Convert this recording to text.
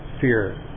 fear